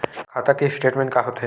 खाता के स्टेटमेंट का होथे?